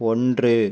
ஒன்று